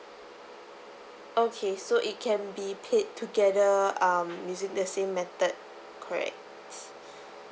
okay so it can be paid together um using the same method correct